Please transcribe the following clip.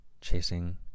chasing